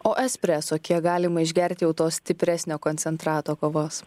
o espreso kiek galima išgerti jau to stipresnio koncentrato kavos